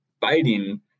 fighting